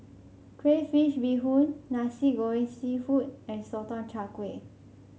Crayfish Beehoon Nasi Goreng seafood and Sotong Char Kway